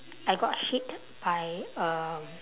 I got hit by um